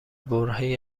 برههای